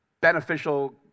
beneficial